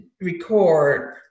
record